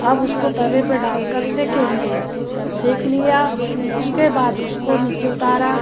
अब उसको तवे पर दाल कर सेकेंगे सेंक लिया उसके बाद उसको नीचे उतारा